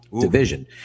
division